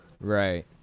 Right